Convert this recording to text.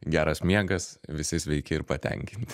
geras miegas visi sveiki ir patenkinti